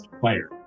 player